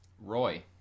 Roy